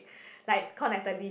like called Natalie